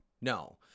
No